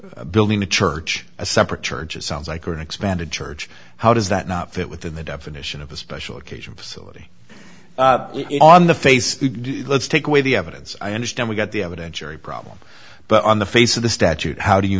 your building a church a separate church it sounds like or an expanded church how does that not fit within the definition of a special occasion facility on the face let's take away the evidence i understand we got the evidence very problem but on the face of the statute how do you